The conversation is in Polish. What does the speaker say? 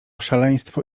szaleństwo